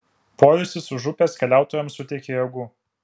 poilsis už upės keliautojams suteikė jėgų